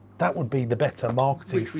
that would be the better marketing. which we